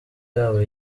yabo